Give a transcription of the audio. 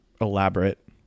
elaborate